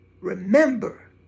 Remember